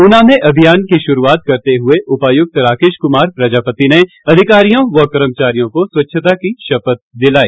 उना में अभियान की शुरूआत करते हुए उपायुक्त राकेश कुमार प्रजापति ने अधिकारियों व कर्मचारियों को स्वच्छता की शपथ दिलाई